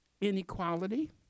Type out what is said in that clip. inequality